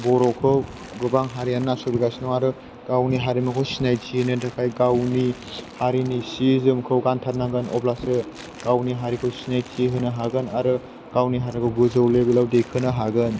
गोबां हारियानो नास'यबोगासिनो दं आरो गावनि हारिमुखौ सिनायथि होनो थाखाय गावनि हारिनि सि जोमखौ गानथारनांगोन अब्लासो गावनि हारिखौ सिनायथि होनो हागोन आरो गावनि हारिखौ गोजौ लेबेलाव दैखोनो हागोन